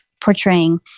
portraying